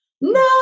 no